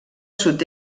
sud